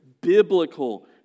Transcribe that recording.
biblical